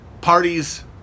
parties